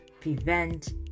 prevent